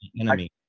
enemy